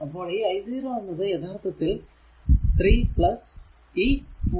അപ്പോൾ ഈ i 0 എന്നത് യഥാർത്ഥത്തിൽ 3 ഈ 0